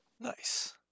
nice